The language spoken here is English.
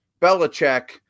Belichick